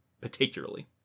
particularly